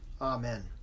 Amen